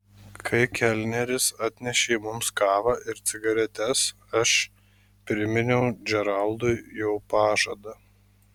kai kelneris atnešė mums kavą ir cigaretes aš priminiau džeraldui jo pažadą